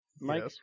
Mike